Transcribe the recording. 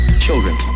children